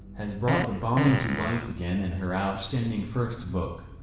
has brought the bombing to life again in her outstanding first book.